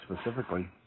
specifically